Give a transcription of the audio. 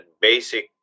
basic